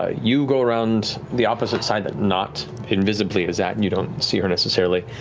ah you go around the opposite side that nott invisibly is at. and you don't see her necessarily.